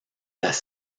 las